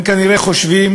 הם כנראה חושבים